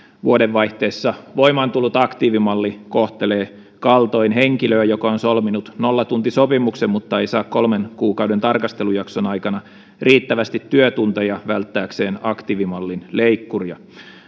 vuodenvaihteessa voimaan tullut aktiivimalli kohtelee kaltoin henkilöä joka on solminut nollatuntisopimuksen mutta ei saa kolmen kuukauden tarkastelujakson aikana riittävästi työtunteja välttääkseen aktiivimallin leikkuria